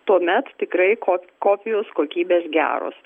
tuomet tikrai ko kopijos kokybės geros